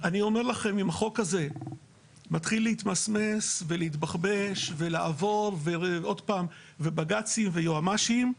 אם החוק הזה מתחיל להתמסמס ולהתבחבש ולעבור עוד פעם בג"צים ויועמ"שים,